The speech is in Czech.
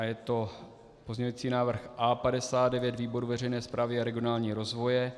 Je to pozměňovací návrh A59 výboru veřejné správy a regionálního rozvoje.